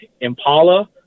Impala